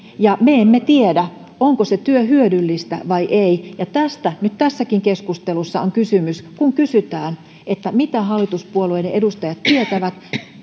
ja me emme tiedä onko se työ hyödyllistä vai ei tästä nyt tässäkin keskustelussa on kysymys kun kysytään mitä hallituspuolueiden edustajat tietävät